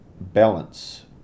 balance